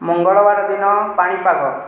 ମଙ୍ଗଳବାର ଦିନ ପାଣିପାଗ